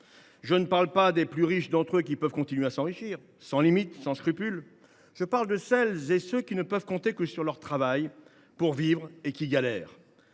Je ne parle pas des plus riches d’entre eux, qui peuvent continuer à s’enrichir sans limites, sans scrupules. Je parle de celles et de ceux qui ne peuvent compter que sur leur travail pour vivre et qui galèrent.